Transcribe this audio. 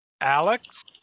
Alex